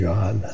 God